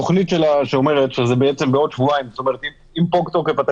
זה ההיגיון המסדר שעומד פה, זה לא משהו שנעשה בלי